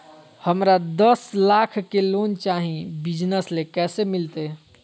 हमरा दस लाख के लोन चाही बिजनस ले, कैसे मिलते?